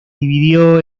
dividió